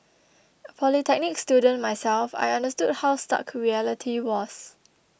a polytechnic student myself I understood how stark reality was